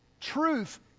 Truth